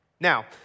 Now